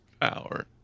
power